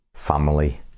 family